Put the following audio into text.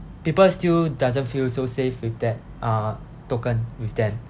people still doesn't feel so safe with that uh token with them